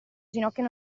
ginocchia